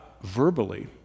verbally